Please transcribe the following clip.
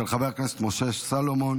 של חבר הכנסת משה סולומון.